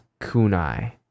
kunai